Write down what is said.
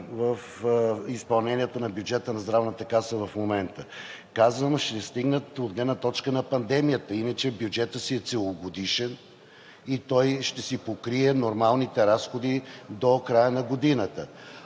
в изпълнението на бюджета на Здравната каса в момента. Казвам „ще стигнат“ от гледна точка на пандемията, иначе бюджетът си е целогодишен и той ще си покрие нормалните разходи до края на годината.